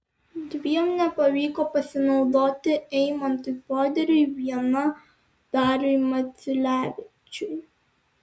dviem nepavyko pasinaudoti eimantui poderiui viena dariui maciulevičiui